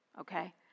Okay